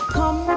Come